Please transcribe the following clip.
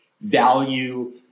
value